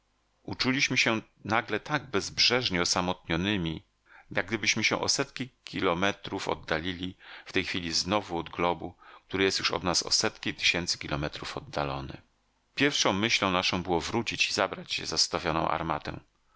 uczuliśmy się nagle tak bezbrzeżnie osamotnionymi jak gdybyśmy się o setki kilometrów oddalili w tej chwili znów od globu który jest już od nas o setki tysięcy kilometrów oddalony pierwszą myślą naszą było wrócić i zabrać zostawioną armatę